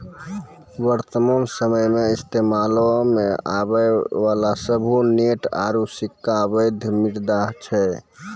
वर्तमान समयो मे इस्तेमालो मे आबै बाला सभ्भे नोट आरू सिक्का बैध मुद्रा छै